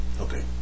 Okay